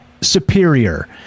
superior